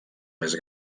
més